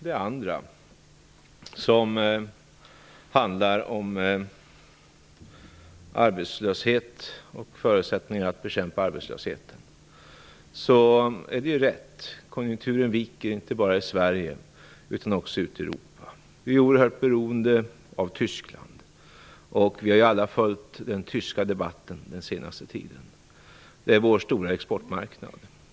Det andra handlar om arbetslösheten och förutsättningarna att bekämpa arbetslösheten. Det är rätt att konjunkturen inte bara viker i Sverige, utan också ute i Europa. Vi är oerhört beroende av Tyskland, och vi har alla följt den tyska debatten den senaste tiden. Det är vår stora exportmarknad.